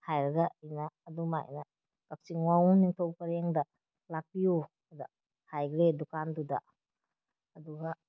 ꯍꯥꯏꯔꯒ ꯑꯩꯅ ꯑꯗꯨꯃꯥꯏꯅ ꯀꯛꯆꯤꯡ ꯋꯥꯡꯃ ꯅꯤꯡꯊꯧ ꯄꯔꯦꯡꯗ ꯂꯥꯛꯄꯤꯌꯨ ꯑꯗ ꯍꯥꯏꯈ꯭ꯔꯦ ꯗꯨꯀꯥꯟꯗꯨꯗ ꯑꯗꯨꯒ